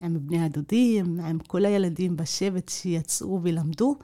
הם בני הדודים, הם כל הילדים בשבט שיצאו ולמדו.